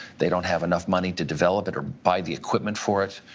they don't have enough money to develop it or buy the equipment for it.